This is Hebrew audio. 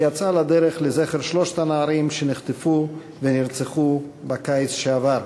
שיצאה לדרך לזכר שלושת הנערים שנחטפו ונרצחו בקיץ שעבר: